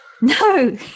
no